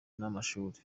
n’amashuri